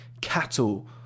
cattle